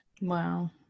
Wow